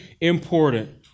important